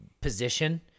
position